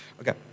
Okay